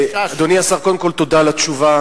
אדוני השר, קודם כול, תודה על התשובה.